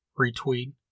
retweet